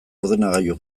ordenagailu